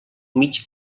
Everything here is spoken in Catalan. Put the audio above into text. mig